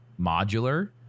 modular